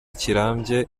kirambye